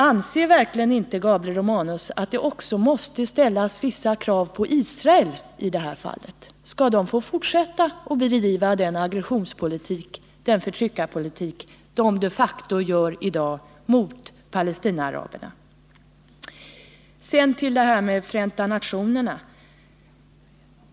Anser verkligen inte Gabriel Romanus att det också måste ställas vissa krav på Israel? Skall Israel få fortsätta med den aggressionspolitik och den förtryckarpolitik man de facto bedriver mot Palestinaaraberna i dag?